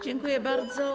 Dziękuję bardzo.